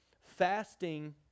fasting